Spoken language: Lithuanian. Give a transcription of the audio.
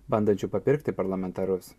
bandančiu papirkti parlamentarus